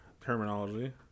terminology